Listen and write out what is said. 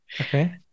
Okay